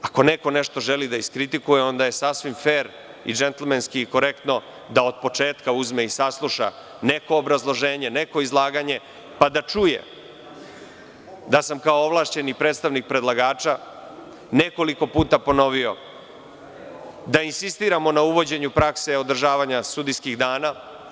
Ako neko nešto želi da iskritikuje, onda je sasvim fer, džentlmenski i korektno da od početka uzme i sasluša neko obrazloženje, neko izlaganje, pa da čuje da sam kao ovlašćeni predstavnik predlagača nekoliko puta ponovio da insistiramo na uvođenju prakse održavanja sudijskih dana.